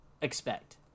expect